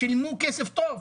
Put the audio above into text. שילמו כסף טוב,